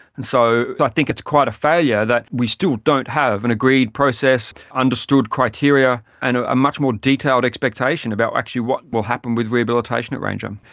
and so i think it's quite a failure that we still don't have an agreed process, understood criteria, and ah a much more detailed expectation about actually what will happen with rehabilitation at ranger. um